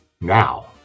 Now